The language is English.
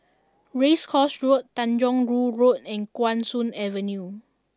Race Course Road Tanjong Rhu Road and Guan Soon Avenue